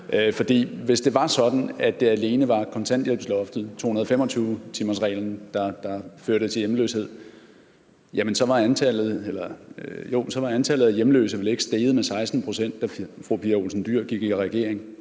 hvis det var sådan, at det alene var kontanthjælpsloftet og 225-timersreglen, der førte til hjemløshed, ville antallet af hjemløse vel ikke være steget med 16 pct., da fru Pia Olsen Dyhr gik i regering